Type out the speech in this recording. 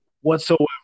Whatsoever